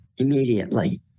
immediately